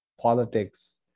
politics